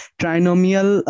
trinomial